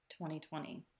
2020